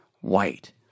white